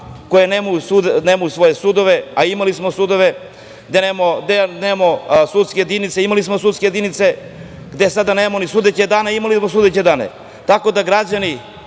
koji nemaju svoje sudove, a imali smo svoje sudove, gde nemamo sudske jedinice a imali smo sudske jedinice, gde sada nemamo ni sudeće dane a imali smo sudeće dane.